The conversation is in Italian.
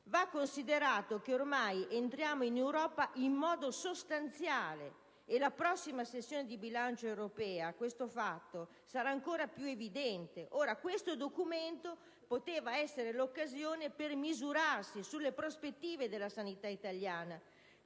Va considerato che ormai entriamo in Europa in modo sostanziale, e nella prossima sessione di bilancio europea ciò sarà ancora più evidente. Il documento al nostro esame poteva essere l'occasione per misurarsi sulle prospettive della sanità italiana,